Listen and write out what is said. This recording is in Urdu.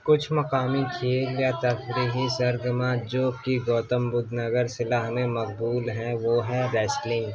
کچھ مقامی کھیل یا تفریحی سرگرما جو کہ گوتم بدھ نگر ضلع میں مقبول ہیں وہ ہیں ریسلنگ